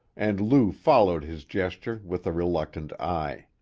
and lou followed his gesture with a reluctant eye.